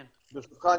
ברשותך,